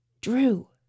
Drew